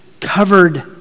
covered